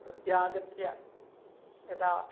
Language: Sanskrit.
प्रत्यागत्य यदा